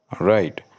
right